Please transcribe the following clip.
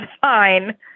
fine